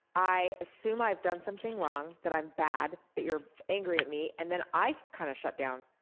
i assume i've done something wrong, that i'm bad, that you're angry at me and then i kind of shut down.